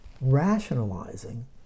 rationalizing